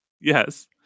Yes